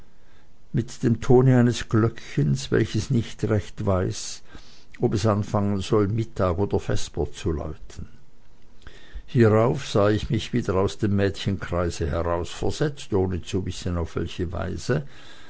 mit dem tone eines glöckchens welches nicht recht weiß ob es anfangen soll mittag oder vesper zu läuten hierauf sah ich mich wieder aus dem mädchenkreise herausversetzt ohne zu wissen auf welche weise